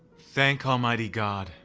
thank almighty god!